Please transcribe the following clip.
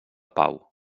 pau